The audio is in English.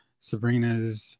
Sabrina's